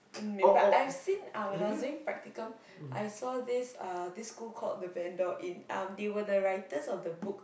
um maybe but I've seen uh when I was doing practicum I saw this uh this school called the Vendor-Inn um they were the writers of the book